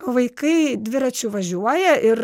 vaikai dviračiu važiuoja ir